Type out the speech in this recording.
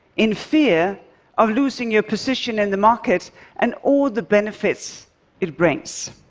in fear of losing your position in the market and all the benefits it brings.